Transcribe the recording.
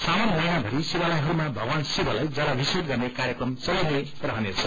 सावन महिनाभरि शिवालयहरूमा भगवान शिवलाई जलाभिषे गर्ने कार्यक्रम चलिनै रहने छ